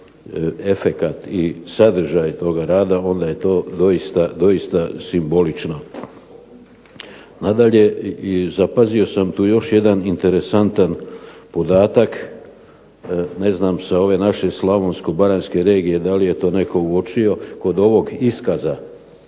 efekt i sadržaj toga rada onda je to doista simbolično. Nadalje, zapazio sam tu još jedan interesantan podatak, ne znam sa ove naše Slavonsko-baranjske regije da li je to netko uočio kod ovog iskaza